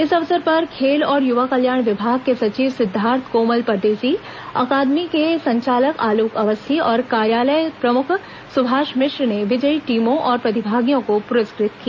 इस अवसर पर खेल और युवा कल्याण विभाग के सचिव सिद्वार्थ कोमल परदेसी अकादमी के संचालक आलोक अवस्थी और कार्यालय प्रमुख सुभाष मिश्र ने विजयी टीमों और प्रतिभागियों को पुरस्कृत किया